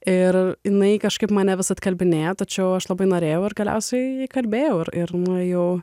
ir jinai kažkaip mane vis atkalbinėja tačiau aš labai norėjau ir galiausiai įkalbėjau ir nuėjau